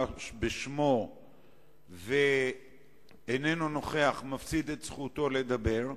בשמו ואיננו נוכח מפסיד את זכותו לדבר,